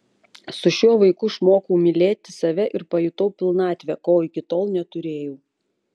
su šiuo vaiku išmokau mylėti save ir pajutau pilnatvę ko iki tol neturėjau